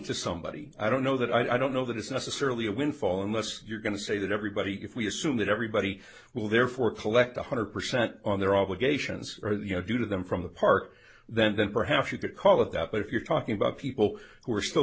to somebody i don't know that i don't know that it's necessarily a windfall unless you're going to say that everybody if we assume that everybody will therefore collect one hundred percent on their obligations you know due to them from the park then perhaps you could call it that but if you're talking about people who are still